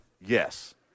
Yes